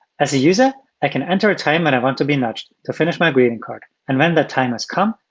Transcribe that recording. as a user, i can enter a time when and i want to be nudged to finish my greeting card. and when the time has come,